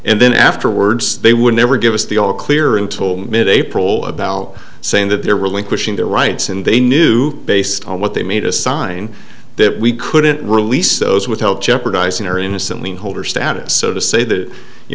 and then afterwards they would never give us the all clear and told mid april about all saying that they're relinquishing their rights and they knew based on what they made a sign that we couldn't release those without jeopardizing our innocently holder status so to say that you